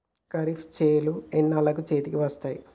ఖరీఫ్ చేలు ఎన్నాళ్ళకు చేతికి వస్తాయి?